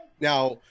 Now